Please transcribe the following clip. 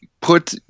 put